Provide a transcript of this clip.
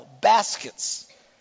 baskets